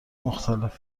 مختلف